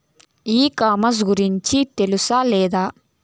ఈ కామర్స్ గురించి తెలుసా లేదా?